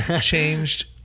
changed